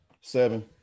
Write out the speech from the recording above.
Seven